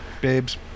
babes